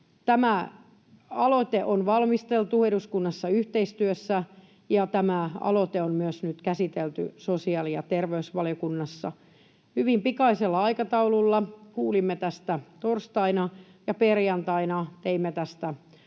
Tämä aloite on valmisteltu eduskunnassa yhteistyössä, ja tämä aloite on nyt myös käsitelty sosiaali- ja terveysvaliokunnassa hyvin pikaisella aikataululla. Kuulimme tästä torstaina ja teimme perjantaina tästä